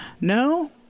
No